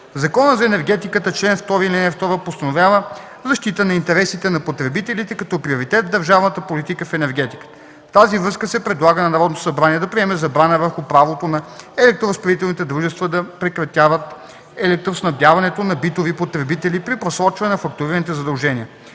Закона за енергетиката – чл. 2, ал. 2, се постановява защита на интересите на потребителите, като приоритет в държавната политика в енергетиката. В тази връзка се предлага на Народното събрание да приеме забрана върху правото на електроразпределителните дружества да прекратяват електроснабдяването на битови потребители при просрочване на фактурираните задължения.